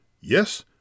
Yes